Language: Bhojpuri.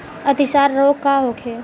अतिसार रोग का होखे?